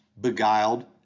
beguiled